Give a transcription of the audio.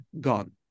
gone